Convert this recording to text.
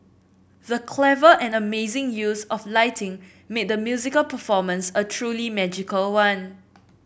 the clever and amazing use of lighting made the musical performance a truly magical one